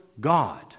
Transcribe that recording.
God